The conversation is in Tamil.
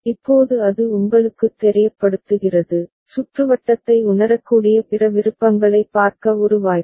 இப்போது அது உங்களுக்குத் தெரியப்படுத்துகிறது சுற்றுவட்டத்தை உணரக்கூடிய பிற விருப்பங்களைப் பார்க்க ஒரு வாய்ப்பு